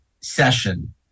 session